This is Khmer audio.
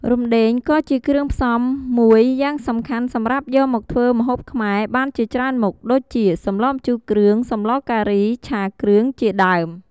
រំដេងក៏ជា គ្រឿងផ្សំមួយយ៉ាងសំខាន់សម្រាប់យកមកធ្វើម្ហូបខ្មែរបានជាច្រើនមុខ ដូចជា សម្លម្ជូរគ្រឿង, សម្លការី, ឆាគ្រឿង ជាដើម។